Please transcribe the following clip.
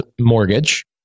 mortgage